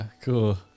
Cool